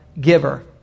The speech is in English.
giver